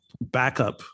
backup